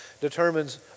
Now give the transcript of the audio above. determines